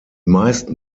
meisten